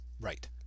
Right